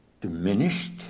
diminished